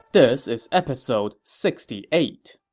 this is episode sixty eight